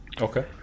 Okay